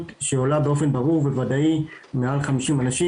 שעולה באופן ברור וודאי מעל 50 אנשים.